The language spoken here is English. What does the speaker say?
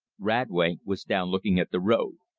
radway was down looking at the road.